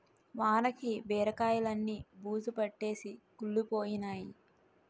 వానకి బీరకాయిలన్నీ బూజుపట్టేసి కుళ్లిపోయినై